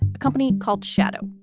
a company called shadow